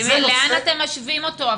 לאן אתם משווים אותו?